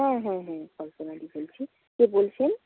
হ্যাঁ হ্যাঁ হ্যাঁ কল্পনাদি বলছি কে বলছেন